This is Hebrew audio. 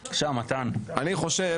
אני חושב